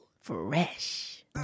Fresh